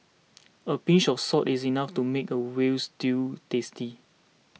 a pinch of salt is enough to make a Veal Stew tasty